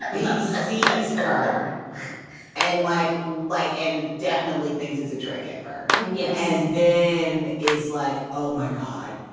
he sees her and like light and definitely thinks it's a trick ever. yeah and then is like, oh, my god,